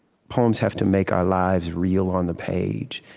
poems have to make our lives real on the page.